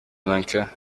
lanka